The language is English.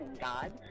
God